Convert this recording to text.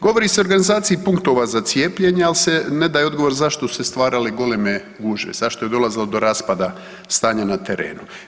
Govori se o organizaciji punktova za cijepljenje, ali se ne daje odgovor zašto su se stvarale goleme gužve, zašto je dolazilo do raspada stanja na terenu.